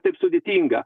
taip sudėtinga